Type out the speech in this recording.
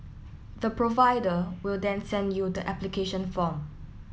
the provider will then send you the application form